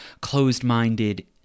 closed-minded